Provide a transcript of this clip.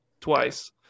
twice